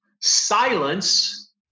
Silence